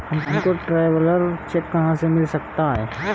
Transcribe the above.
हमको traveller cheque कहाँ से मिल सकता है?